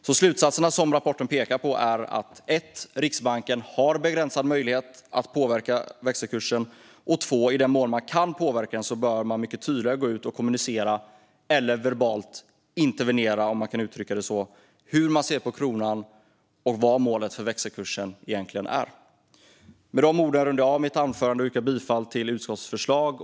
De slutsatser som rapporten pekar på är alltså för det första att Riksbanken har begränsad möjlighet att påverka växelkursen, för det andra att i den mån man kan påverka den bör man mycket tydligare gå ut och kommunicera - eller verbalt intervenera, om jag kan uttrycka det så - hur man ser på kronan och vad målet för växelkursen egentligen är. Med de orden rundar jag av mitt anförande och yrkar bifall till utskottets förslag.